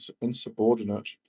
insubordinate